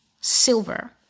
silver